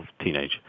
teenage